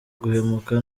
guhemuka